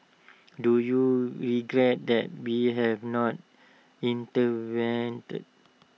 do you regret that we have not intervened